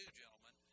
gentlemen